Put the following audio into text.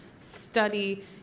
study